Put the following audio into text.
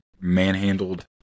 manhandled